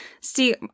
see